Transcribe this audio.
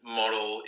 model